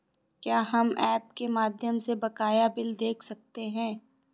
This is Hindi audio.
क्या हम ऐप के माध्यम से बकाया बिल देख सकते हैं?